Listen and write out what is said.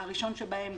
הראשון שבהם,